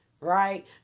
Right